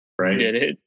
Right